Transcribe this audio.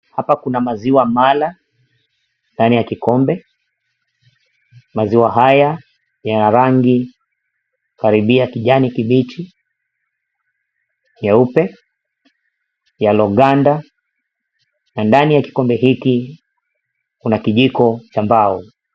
Hapa kuna maziwa mala ndani ya kikombe, maziwa haya yana rangi karibia kijani kibichi, nyeupe yaliyoganda na ndani ya kikombe hiki kuna kijiko cha mbao.